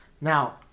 Now